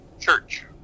church